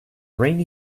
rainy